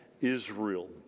Israel